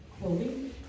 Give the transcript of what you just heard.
clothing